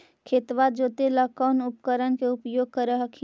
खेतबा जोते ला कौन उपकरण के उपयोग कर हखिन?